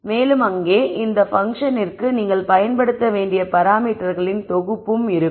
மேலும் அங்கே அந்த பங்க்ஷனிற்கு நீங்கள் பயன்படுத்த வேண்டிய பராமீட்டர்களின் தொகுப்பும் இருக்கும்